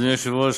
אדוני היושב-ראש.